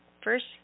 first